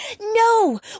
No